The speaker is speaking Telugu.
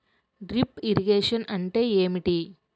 డ్రిప్ ఇరిగేషన్ అంటే ఏమిటి?